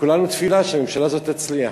וכולנו תפילה שהממשלה הזאת תצליח.